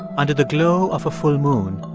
under the glow of a full moon,